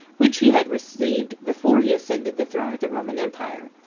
which he had received before he ascended the throne of the roman empire.